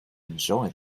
enjoy